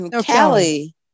Callie